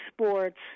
sports